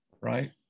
right